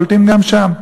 שולטים גם שם.